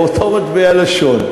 באותה מטבע לשון.